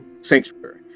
sanctuary